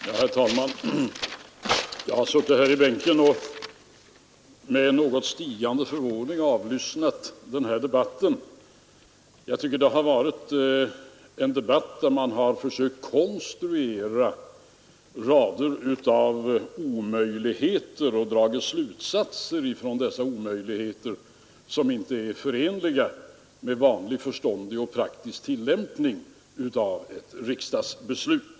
Herr talman! Jag har suttit här i bänken och med stigande förvåning avlyssnat den här debatten. Jag tycker att man i debatten försökt konstruera rader av omöjligheter och härifrån dragit slutsatser som inte är förenliga med vanlig förståndig och praktisk tillämpning av ett riksdagsbeslut.